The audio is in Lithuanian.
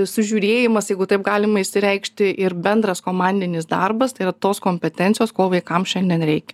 sužiūrėjimas jeigu taip galima išsireikšti ir bendras komandinis darbas tai yra tos kompetencijos ko vaikams šiandien reikia